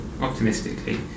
optimistically